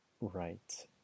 Right